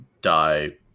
die